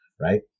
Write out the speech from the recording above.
right